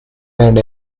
and